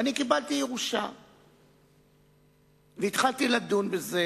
ואני קיבלתי ירושה והתחלתי לדון בזה,